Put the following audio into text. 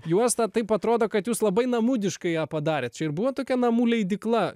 juosta taip atrodo kad jūs labai namudiškai ją padarėt čia ir buvo tokia namų leidykla